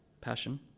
passion